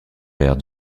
père